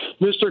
Mr